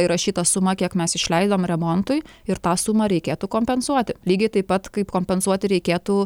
įrašyta suma kiek mes išleidom remontui ir tą sumą reikėtų kompensuoti lygiai taip pat kaip kompensuoti reikėtų